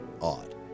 odd